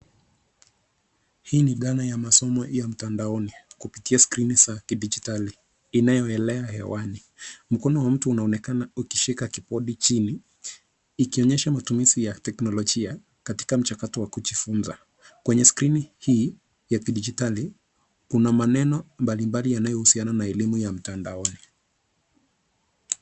Hii ni dhana ya masomo ya mtandaoni kupitia skrini za kidijitali, inayoelea hewani. Mkono wa mtu unaonekana ukishika kibodi chini, ikonyesha matumizi ya teknolojia katika mchakato wa kujifunza. Kwenye skrini hii ya kidijitali, kuna maneno mbalimbali yanayohusiana na elimu ya mtandaoni.